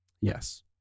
Yes